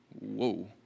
Whoa